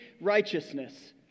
righteousness